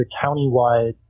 county-wide